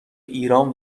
ایران